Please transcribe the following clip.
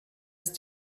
ist